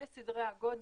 אלה סדרי הגודל.